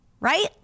right